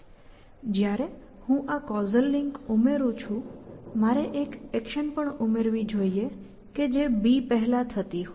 જયારે હું આ કૉઝલ લિંક ઉમેરું છું મારે એક એક્શન પણ ઉમેરવી જોઇએ કે જે bપહેલાં થતી હોય